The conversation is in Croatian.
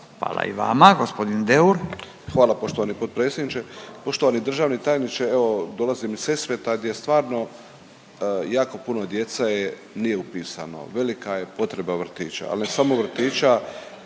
Hvala i vama. Gospodin Deur. **Deur, Ante (HDZ)** Hvala poštovani potpredsjedniče. Poštovani državni tajniče, evo dolazim iz Sesveta gdje stvarno jako puno djece nije upisano, velika je potreba vrtića, al ne samo vrtića,